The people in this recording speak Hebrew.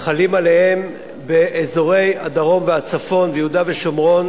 החלות לגביהם באזורי הדרום והצפון ויהודה ושומרון,